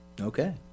Okay